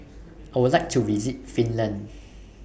I Would like to visit Finland